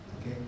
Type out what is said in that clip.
Okay